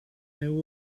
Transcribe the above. and